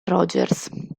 rogers